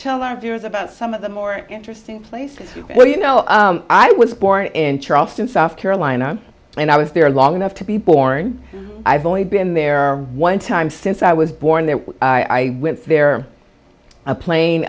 viewers about some of the more interesting places well you know i was born in charleston south carolina and i was there long enough to be born i've only been there one time since i was born there i went there a plane